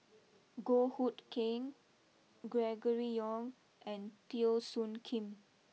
Goh Hood Keng Gregory Yong and Teo Soon Kim